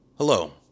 Hello